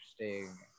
interesting